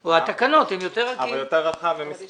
או התקנות יותר רכות.